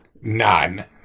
None